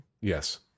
Yes